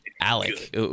Alec